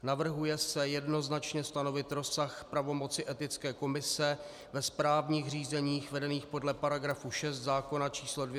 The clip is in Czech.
Navrhuje se jednoznačně stanovit rozsah pravomoci Etické komise ve správních řízeních vedených podle § 6 zákona č. 262/2011 Sb.